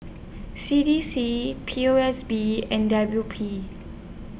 C D C P O S B and W P